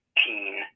teen